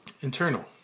Internal